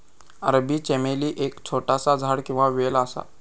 अरबी चमेली एक छोटासा झाड किंवा वेल असा